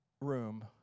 room